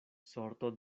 sorto